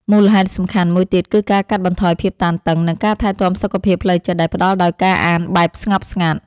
មូលហេតុសំខាន់មួយទៀត គឺការកាត់បន្ថយភាពតានតឹង និងការថែទាំសុខភាពផ្លូវចិត្តដែលផ្ដល់ដោយការអានបែបស្ងប់ស្ងាត់។